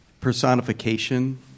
personification